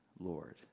Lord